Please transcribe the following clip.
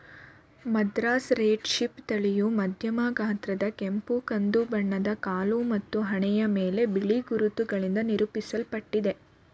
Madras red sheep ತಳಿಯು ಮಧ್ಯಮ ಗಾತ್ರದ ಕೆಂಪು ಕಂದು ಬಣ್ಣದ ಕಾಲು ಮತ್ತು ಹಣೆಯ ಮೇಲೆ ಬಿಳಿ ಗುರುತುಗಳಿಂದ ನಿರೂಪಿಸಲ್ಪಟ್ಟಿದೆ